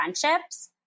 friendships